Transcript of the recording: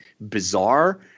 bizarre